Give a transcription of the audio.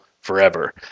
forever